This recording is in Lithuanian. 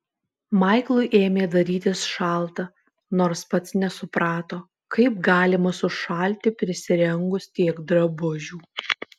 maiklui ėmė darytis šalta nors pats nesuprato kaip galima sušalti prisirengus tiek drabužių